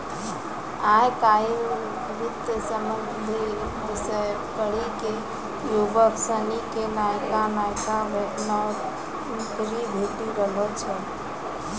आय काइल वित्त संबंधी विषय पढ़ी क युवक सनी क नयका नयका नौकरी भेटी रहलो छै